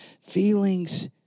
Feelings